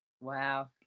Wow